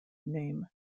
name